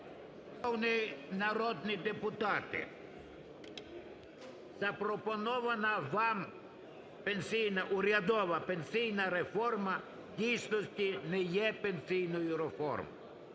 Шановні народні депутати! Запропонована вам урядова пенсійна реформа в дійсності не є пенсійною реформою.